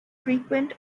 frequent